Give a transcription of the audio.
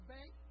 Bank